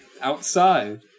outside